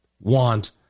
want